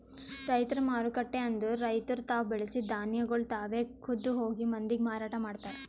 ರೈತರ ಮಾರುಕಟ್ಟೆ ಅಂದುರ್ ರೈತುರ್ ತಾವು ಬೆಳಸಿದ್ ಧಾನ್ಯಗೊಳ್ ತಾವೆ ಖುದ್ದ್ ಹೋಗಿ ಮಂದಿಗ್ ಮಾರಾಟ ಮಾಡ್ತಾರ್